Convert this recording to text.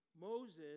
Moses